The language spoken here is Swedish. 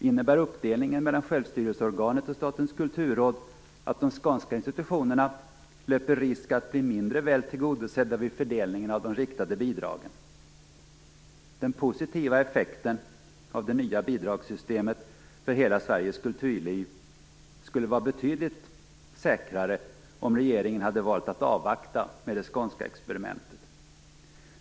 Innebär uppdelningen mellan självstyrelseorganet och Statens kulturråd att de skånska institutionerna löper risk att bli mindre väl tillgodosedda vid fördelningen av de riktade bidragen? Den positiva effekten för hela Sveriges kulturliv av det nya bidragssystemet skulle vara betydligt säkrare om regeringen hade valt att avvakta med det skånska experimentet.